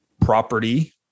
property